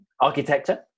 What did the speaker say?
Architecture